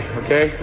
okay